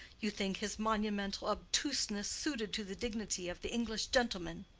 you think his monumental obtuseness suited to the dignity of the english gentleman.